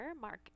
Mark